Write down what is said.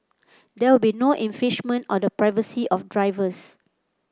there will be no on the privacy of drivers